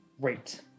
Great